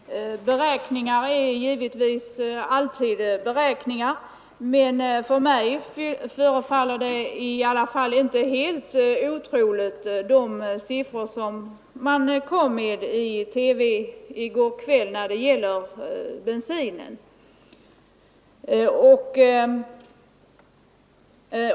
Herr talman! Beräkningar är givetvis alltid beräkningar, men för mig förefaller ändå de siffror som lämnades i TV i går kväll beträffande bensinen inte helt otroliga.